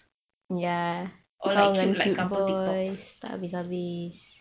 or like cute like couple TikToks